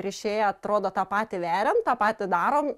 rišėja atrodo tą patį veriam tą patį darom